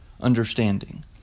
understanding